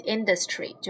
Industry